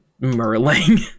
merling